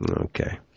okay